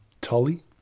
Tully